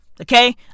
Okay